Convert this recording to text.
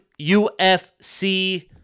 UFC